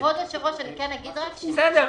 כבוד היושב-ראש, אני כן אגיד -- אמרת.